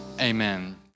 amen